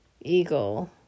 eagle